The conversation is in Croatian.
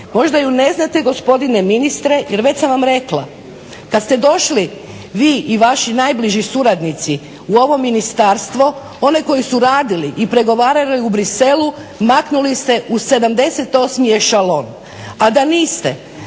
Možda ju ne znate gospodine ministre, jer već sam vam rekla, kad ste došli vi i vaši najbliži suradnici u ovo ministarstvo, one koji su radili i pregovarali u Bruxellesu maknuli ste u 78. ešalon. A da niste,